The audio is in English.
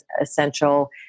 essential